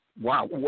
wow